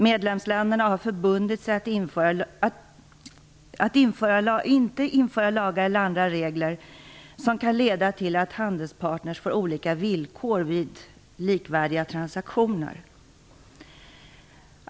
Medlemsländerna har förbundit sig att inte införa lagar eller andra regler som kan leda till att handelspartner får olika villkor vid likvärdiga transaktioner.